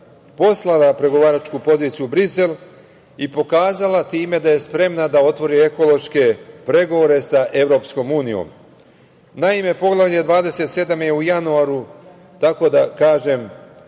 poslala pregovaračku poziciju u Brisel i pokazala time da je spremna da otvori ekološke pregovore sa Evropskom unijom. Naime, Poglavlje 27 je u januaru, tako da kažem